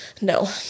no